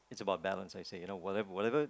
it's about balance I say you know whatever whatever